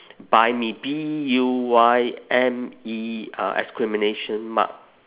buy me B U Y M E uh exclamation mark